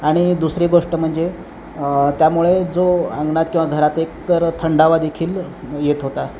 आणि दुसरी गोष्ट म्हणजे त्यामुळे जो अंगणात किंवा घरात एक तर थंडावा देखील येत होता